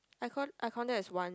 I got I counted as one